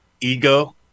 ego